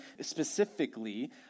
specifically